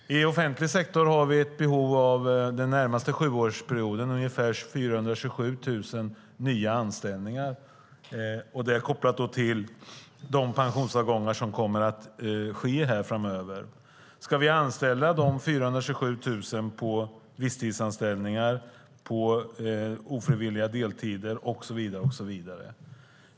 I offentlig sektor har vi under den närmaste sjuårsperioden ett behov av ungefär 427 000 nya anställningar. Det är kopplat till de pensionsavgångar som kommer att ske framöver. Ska vi anställa dessa 427 000 på visstidsanställningar, på ofrivilliga deltider och så vidare?